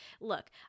Look